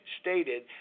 stated